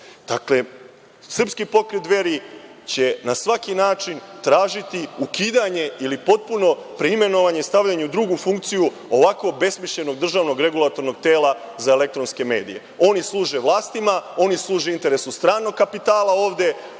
Srpski pokret Dveri će na svaki način tražiti ukidanje ili potpuno preimenovanje stavljanja u drugu funkciju ovako obesmišljenog državnog Regulatornog tela za elektronske medije. Oni služe vlastima, oni služe interesu stranog kapitala ovde,